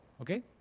Okay